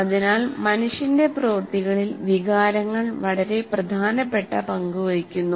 അതിനാൽ മനുഷ്യന്റെ പ്രവൃത്തികളിൽ വികാരങ്ങൾ വളരെ പ്രധാനപ്പെട്ട പങ്ക് വഹിക്കുന്നു